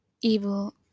evil